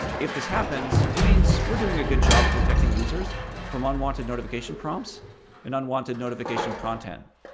if this happens, it means we're doing a good job protecting users from unwanted notification prompts and unwanted notification content.